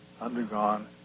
undergone